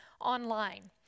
online